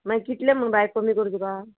मागीर कितले बाय कमी करू तुका